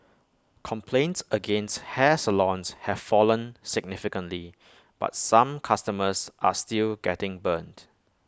complaints against hair salons have fallen significantly but some customers are still getting burnt